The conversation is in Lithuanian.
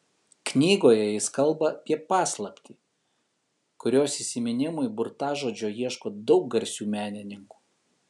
knygoje jis kalba apie paslaptį kurios įminimui burtažodžio ieško daug garsių menininkų